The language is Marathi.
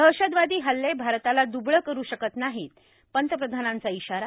दहशतवादी हल्ले भारताला द्रबळं करू शकत नाहीत पंतप्रधानांचा इशारा